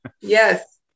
yes